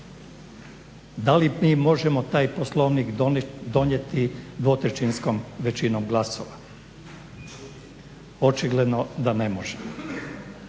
Da li mi možemo taj Poslovnik donijeti dvotrećinskom većinom glasova? Očigledno da ne možemo.